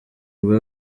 bwa